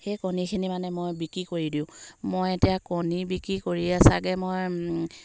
সেই কণীখিনি মানে মই বিক্ৰী কৰি দিওঁ মই এতিয়া কণী বিক্ৰী কৰিয়ে চাগে মই